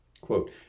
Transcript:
quote